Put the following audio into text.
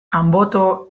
anboto